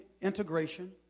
integration